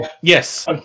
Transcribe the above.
Yes